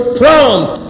prompt